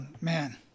man